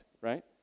right